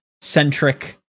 centric